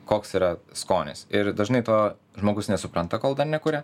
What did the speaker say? koks yra skonis ir dažnai to žmogus nesupranta kol dar nekuria